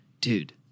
dude